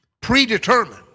predetermined